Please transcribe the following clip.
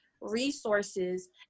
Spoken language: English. resources